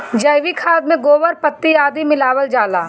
जैविक खाद में गोबर, पत्ती आदि मिलावल जाला